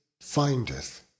findeth